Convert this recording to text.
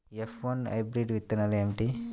F one hybrid విత్తనాలు ఏమిటి?